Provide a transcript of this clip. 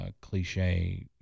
cliche